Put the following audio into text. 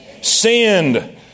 sinned